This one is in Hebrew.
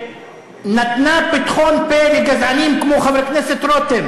ונתנה פתחון פה לגזענים כמו חבר הכנסת רותם,